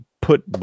put